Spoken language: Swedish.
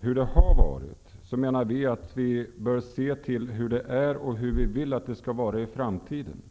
hur det har varit menar vi att vi bör se till hur det är och hur vi vill att det skall vara i framtiden.